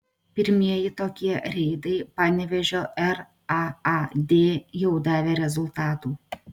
pirmieji tokie reidai panevėžio raad jau davė rezultatų